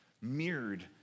mirrored